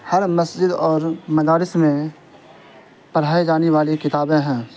ہر مسجد اور مدارس میں پڑھائے جانے والی کتابیں ہیں